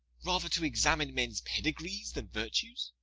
rather to examine men's pedigrees than virtues?